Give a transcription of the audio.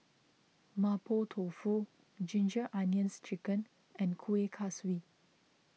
Mapo Tofu Ginger Onions Chicken and Kuih Kaswi